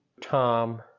Tom